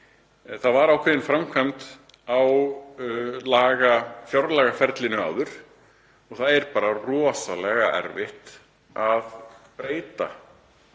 Það var ákveðin framkvæmd á fjárlagaferlinu áður og það er bara rosalega erfitt að breyta.